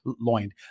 loined